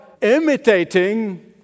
imitating